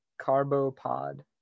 carbopod